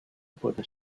puede